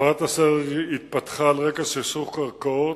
הפרת הסדר התפתחה על רקע סכסוך קרקעות,